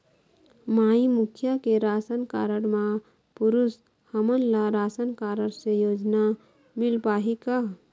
माई मुखिया के ration card म पुरुष हमन ला राशन कारड से योजना मिल पाही का?